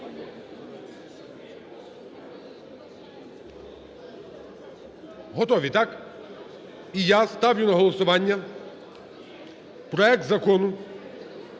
Готові, так? І я ставлю на голосування проект Закону